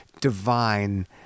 divine